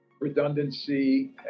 redundancy